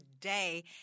today